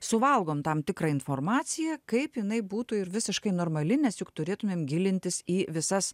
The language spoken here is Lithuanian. suvalgom tam tikrą informaciją kaip jinai būtų ir visiškai normali nes juk turėtumėm gilintis į visas